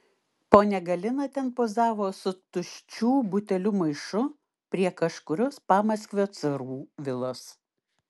ponia galina ten pozavo su tuščių butelių maišu prie kažkurios pamaskvio carų vilos